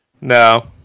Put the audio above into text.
No